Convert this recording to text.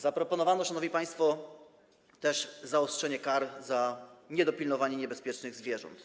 Zaproponowano też, szanowni państwo, zaostrzenie kar za niedopilnowanie niebezpiecznych zwierząt.